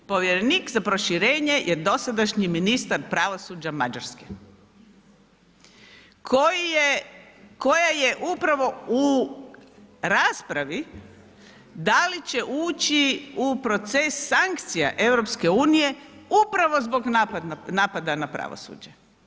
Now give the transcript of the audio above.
Povjerenik za proširenje je dosadašnji ministar pravosuđa Mađarske koja je upravo u raspravi da li će ući u proces sankcija EU upravo zbog napada na pravosuđe.